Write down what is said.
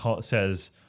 says